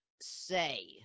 say